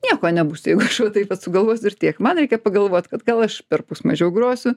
nieko nebus jeigu aš va taip vat sugalvosiu ir tiek man reikia pagalvot kad gal aš per pus mažiau grosiu